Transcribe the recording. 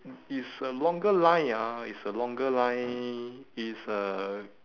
it's a longer line ah it's a longer line it's uh